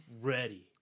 ready